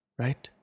right